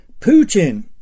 Putin